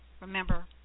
remember